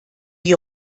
die